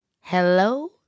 Hello